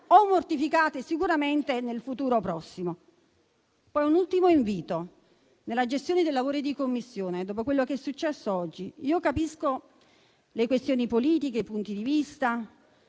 mortificate sicuramente nel futuro prossimo. Vorrei formulare un ultimo invito in riferimento alla gestione dei lavori di Commissione, dopo quello che è successo oggi. Io capisco le questioni politiche e i punti di vista,